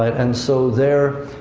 and so there,